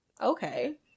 Okay